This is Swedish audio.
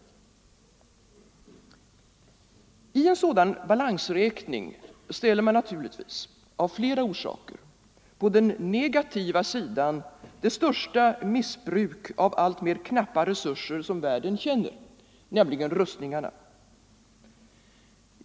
I en sådan balansräkning ställer man naturligtvis, av flera orsaker, på den negativa sidan det största missbruk av alltmer knappa resurser världen känner, nämligen rustningarna.